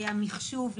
המחשוב,